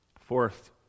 Fourth